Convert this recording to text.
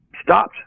stopped